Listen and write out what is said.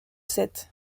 sets